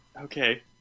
Okay